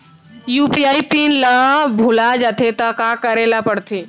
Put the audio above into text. UPI PIN ल भुला जाथे त का करे ल पढ़थे?